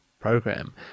program